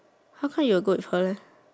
how come you will go with her leh